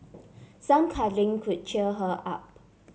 some cuddling could cheer her up